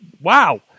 Wow